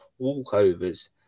walkovers